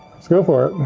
let's go for it.